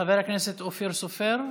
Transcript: חבר הכנסת אופיר סופר,